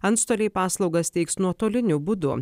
antstoliai paslaugas teiks nuotoliniu būdu